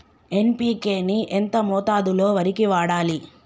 NPK ని ఎంత మోతాదులో వరికి వాడాలి?